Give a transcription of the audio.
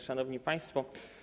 Szanowni Państwo!